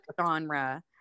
genre